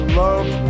love